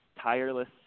tireless